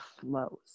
flows